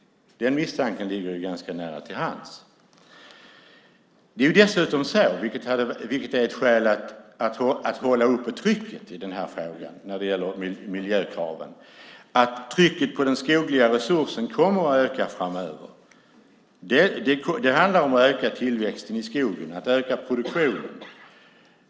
Den misstanken ligger ganska nära till hands. Ett skäl att i den här frågan hålla upp trycket när det gäller miljökraven är att trycket på de skogliga resurserna kommer att öka framöver. Det handlar om att öka tillväxten i skogen och produktionen.